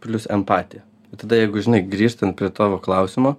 plius empatija tada jeigu žinai grįžtant prie tavo klausimo